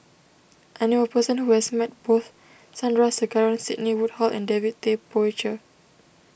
I knew a person who has met both Sandrasegaran Sidney Woodhull and David Tay Poey Cher